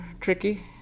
tricky